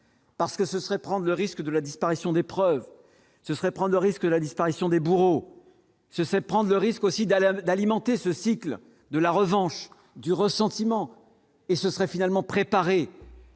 Parce que ce serait prendre le risque de la disparition des preuves, ce serait prendre le risque, la disparition des bourreaux ce c'est prendre le risque aussi d'aller un peu d'alimenter ce cycle de la revanche du ressentiment et ce serait finalement préparer.